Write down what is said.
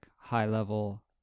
high-level